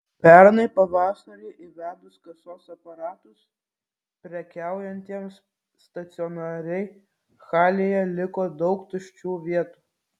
pernai pavasarį įvedus kasos aparatus prekiaujantiems stacionariai halėje liko daug tuščių vietų